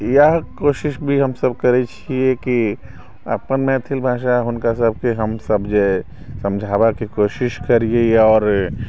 इएह कोशिश भी हम सभ करै छियै कि अपन मैथिल भाषा हुनका सभके हम सभ जे समझाबऽके कोशिश करियै आओर